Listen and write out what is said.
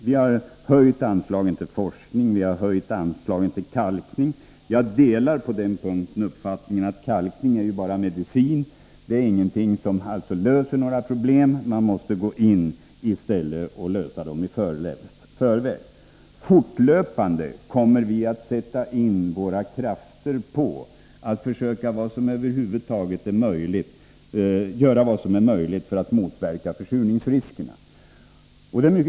Vi har höjt anslagen till forskning och kalkning. Jag delar uppfattningen att kalkning bara är en medicin som inte löser några problem och att vi i stället måste gå in och lösa problemen i förväg. Fortlöpande kommer vi att sätta in våra krafter på att göra vad som över huvud taget är möjligt för att motverka försurningsriskerna.